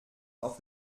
auf